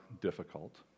difficult